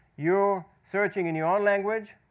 you're searching in your own language.